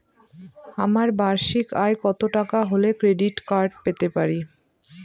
আমার বার্ষিক আয় কত টাকা হলে ক্রেডিট কার্ড পেতে পারি?